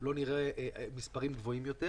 לא נראה מספרים גבוהים יותר.